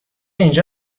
اینجا